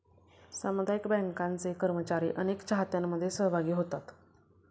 सामुदायिक बँकांचे कर्मचारी अनेक चाहत्यांमध्ये सहभागी होतात